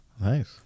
Nice